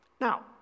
Now